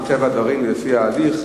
מטבע הדברים ולפי ההליך,